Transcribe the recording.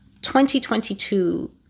2022